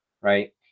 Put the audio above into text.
right